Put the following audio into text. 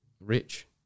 rich